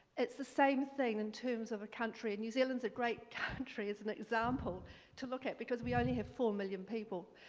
it's the same thing in terms of a country. and new zealand's a great country as an example to look at because we only have four million people.